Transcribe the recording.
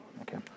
Okay